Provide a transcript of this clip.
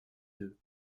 deux